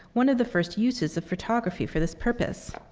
one of the first uses of photography for this purpose.